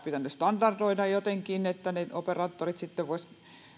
pitänyt standardoida jotenkin että ne operaattorit sitten voisivat